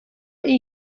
این